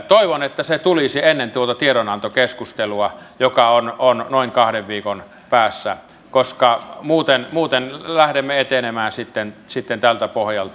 toivon että se tulisi ennen tuota tiedonantokeskustelua joka on noin kahden viikon päässä koska muuten lähdemme etenemään sitten tältä pohjalta